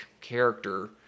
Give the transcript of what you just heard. character